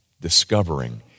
discovering